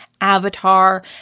avatar